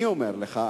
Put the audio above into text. אני אומר לך,